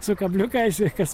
su kabliukais ir kas